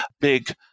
big